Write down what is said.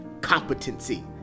competency